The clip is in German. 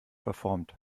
verformt